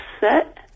set